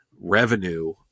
revenue